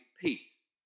peace